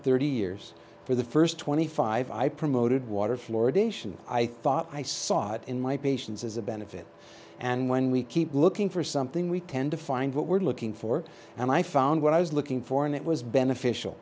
thirty years for the first twenty five i promoted water fluoridation i thought i saw it in my patients as a benefit and when we keep looking for something we tend to find what we're looking for and i found what i was looking for and it was beneficial